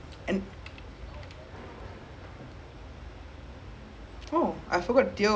that's the thing lah because now fans இல்ல நா:illa naa that's why now they increasing the matches to earn more money I think because like